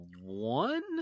one